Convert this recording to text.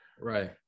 Right